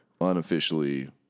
Unofficially